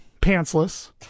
pantsless